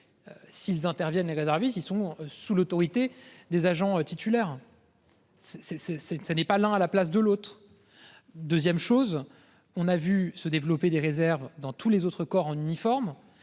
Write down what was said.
S'ils interviennent les réservistes. Ils sont sous l'autorité des agents titulaires. C'est c'est c'est ça n'est pas à la place de l'autre. 2ème chose. On a vu se développer des réserves dans tous les autres corps en uniforme.